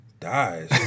Dies